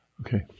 Okay